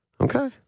okay